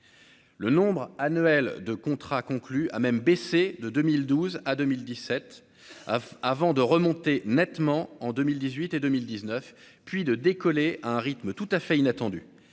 Le nombre annuel de contrats conclus a même baissé de 2012 à 2017 avant de remonter nettement en 2018 et 2019 puis de décoller à un rythme tout à fait inattendu